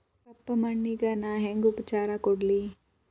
ಕಪ್ಪ ಮಣ್ಣಿಗ ನಾ ಹೆಂಗ್ ಉಪಚಾರ ಕೊಡ್ಲಿ?